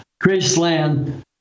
graceland